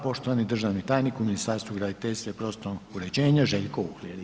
Poštovani državni tajnik u Ministarstvu graditeljstva i prostornog uređenja Željko Uhlir.